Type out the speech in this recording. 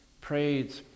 prayed